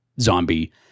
zombie